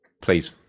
please